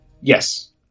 Yes